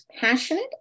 passionate